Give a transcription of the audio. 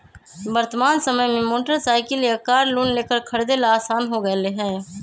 वर्तमान समय में मोटर साईकिल या कार लोन लेकर खरीदे ला आसान हो गयले है